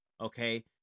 Okay